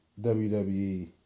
WWE